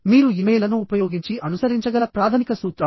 మీరు ఇమెయిల్లను ఉపయోగించి అనుసరించగల ప్రాథమిక సూత్రాలు